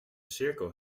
cirkel